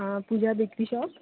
आं Puja bakery shop